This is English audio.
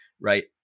right